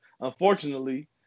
unfortunately